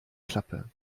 klappe